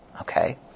Okay